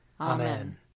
Amen